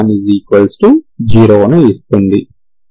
ఇది సంతృప్తికరంగా ఉంది